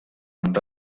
amb